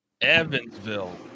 Evansville